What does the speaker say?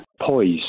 poised